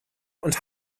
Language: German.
und